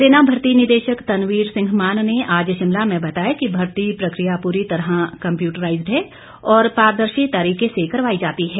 सेना भर्ती निदेशक तनवीर सिंह मान ने आज शिमला में बताया कि भर्ती प्रक्रिया पूरी तरह कम्पयूटराईज्ड है और पारदर्शी तरीके से करवाई जाती है